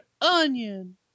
onion